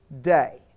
day